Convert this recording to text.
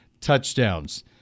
touchdowns